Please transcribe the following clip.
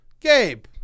gabe